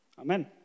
Amen